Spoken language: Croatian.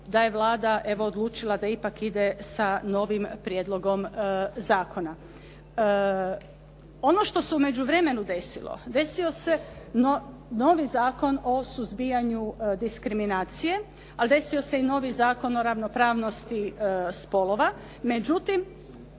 da je Vlada evo odlučila da ipak ide sa novim prijedlogom zakona. Ono što se u međuvremenu desilo, desio se novi Zakon o suzbijanju diskriminacije, ali desio se i novi Zakon o ravnopravnosti spolova. Međutim,